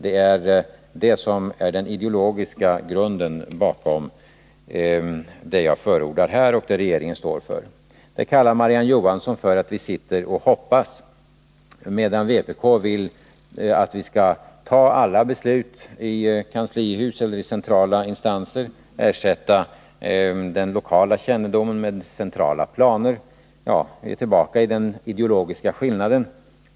Det är detta som är den ideologiska grunden bakom det jag här förordar och regeringen står för. Detta kallar Marie-Ann Johansson för att vi sitter och hoppas, medan vpk vill att man skall fatta alla beslut i kanslihus eller centrala instanser och ersätta den lokala kännedomen med centrala planer. Vi är därmed tillbaka till den ideologiska skillnaden.